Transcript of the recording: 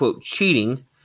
cheating